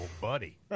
buddy